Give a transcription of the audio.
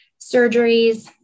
surgeries